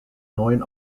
neuen